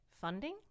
funding